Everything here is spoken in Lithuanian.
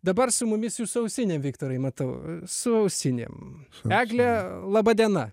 dabar su mumis jūs su ausinėm viktorai matau su ausinėm egle laba diena